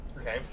Okay